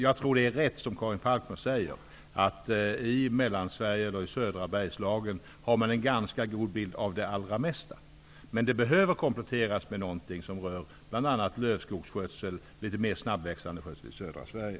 Jag tror att det som Karin Falkmer säger är rätt, nämligen att man i Mellansverige, i södra Bergslagen, har en ganska god bild av det allra mesta. Men det behövs en komplettering. Bl.a. gäller det då lövskogsskötsel och skötsel av litet mer snabbväxande skog i södra Sverige.